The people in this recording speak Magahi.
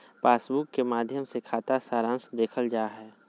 पासबुक के माध्मय से खाता सारांश देखल जा हय